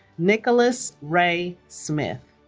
nicholas ray smith